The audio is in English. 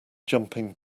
jumping